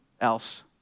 else